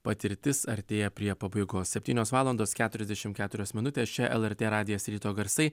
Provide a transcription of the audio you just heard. patirtis artėja prie pabaigos septynios valandos keturiasdešimt keturios minutės čia lrt radijas ryto garsai